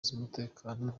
z’umutekano